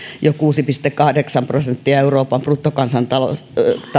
jo kuusi pilkku kahdeksan prosenttia euroopan bruttokansantuotteesta